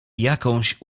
jakąś